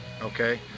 okay